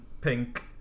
pink